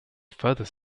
further